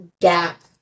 gap